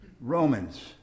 Romans